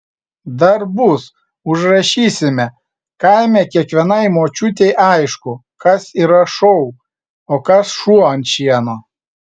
dar bus užrašysime kaime kiekvienai močiutei aišku kas yra šou o kas šuo ant šieno